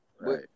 Right